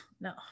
no